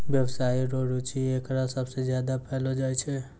व्यवसाय रो रुचि एकरा सबसे ज्यादा पैलो जाय छै